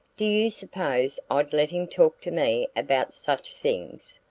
do you suppose i'd let him talk to me about such things?